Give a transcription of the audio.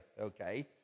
okay